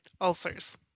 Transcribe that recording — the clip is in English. Ulcers